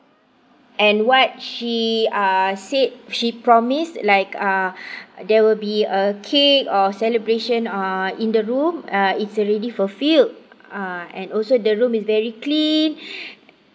and what she uh said she promised like uh there will be a cake or celebration uh in the room uh is already fulfilled uh and also the room is very clean